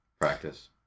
practice